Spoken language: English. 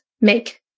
make